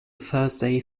thursday